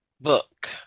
book